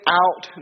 out